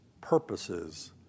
purposes